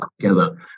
together